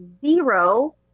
zero